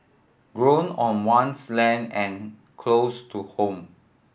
grown on one's land and close to home